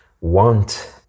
want